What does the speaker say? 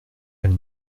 elle